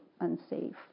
unsafe